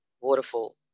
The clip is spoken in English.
waterfall